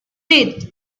teeth